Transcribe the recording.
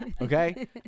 Okay